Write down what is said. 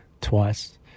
twice